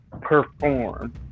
perform